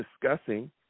discussing